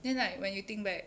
then like when you think back